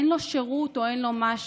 אין לו שירות או אין לו משהו.